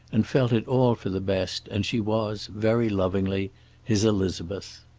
and felt it all for the best, and she was very lovingly his, elizabeth.